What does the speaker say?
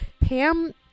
Pam